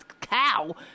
cow